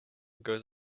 goes